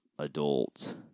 adults